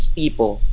people